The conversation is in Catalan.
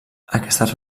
aquestes